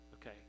Okay